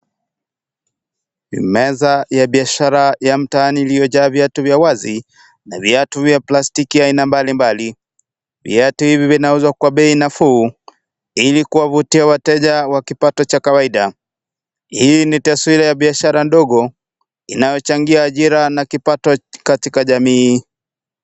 Meza ya biashara ya mtaani iliyojaa viatu vya wazi na viatu vya plastic vya aina mbalimbali, viatu hivi vinauzwa kwa bei nafuu ili kuwavutia wateja wa kipato cha kawaida, hii ni taswira ya biashara ndogo inayochangia ajira na kipato katika jamii.